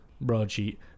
broadsheet